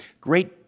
great